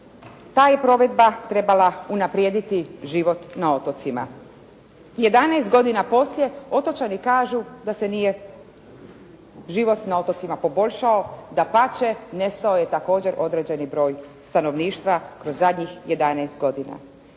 ta je provedba trebala unaprijediti život na otocima. Jedanaest godina poslije otočani kažu da se nije život na otocima poboljšao, dapače nestao je također određeni broj stanovništva kroz zadnjih 11 godina.